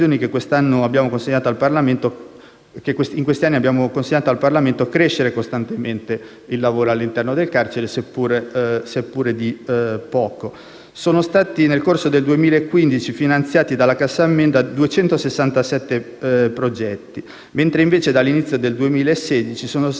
in questi anni abbiamo consegnato al Parlamento, crescere costantemente il lavoro all'interno delle carceri, seppure di poco. Nel corso del 2015 sono stati finanziati dalla Cassa delle ammende 267 progetti, mentre dall'inizio del 2016 sono stati già presentati 148 progetti dello